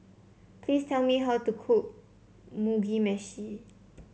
please tell me how to cook Mugi Meshi